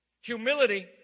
Humility